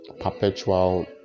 perpetual